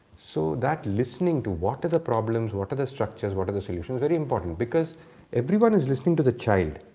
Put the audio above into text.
so that listening to what are the problems, what are the structures, what are the solutions, is very important because everyone is listening to the child.